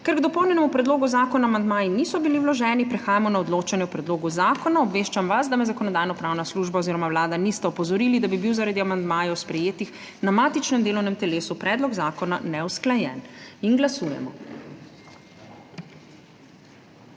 Ker k dopolnjenemu predlogu zakona amandmaji niso bili vloženi, prehajamo na odločanje o predlogu zakona. Obveščam vas, da me Zakonodajno-pravna služba oziroma Vlada nista opozorili, da bi bil zaradi amandmajev, sprejetih na matičnem delovnem telesu, predlog zakona neusklajen. Glasujemo.